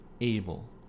able